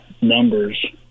numbers